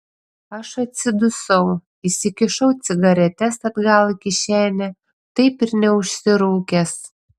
aš atsidusau įsikišau cigaretes atgal į kišenę taip ir neužsirūkęs